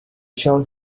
shall